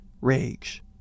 rage